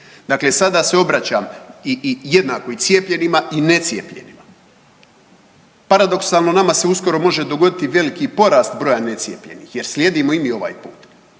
Dakle, sada se obraća jednako i cijepljenima i necijepljenima. Paradoksalno nama se uskoro može dogoditi veliki porast broja necijepljenih jer slijedimo i mi ovaj put.